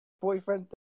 boyfriend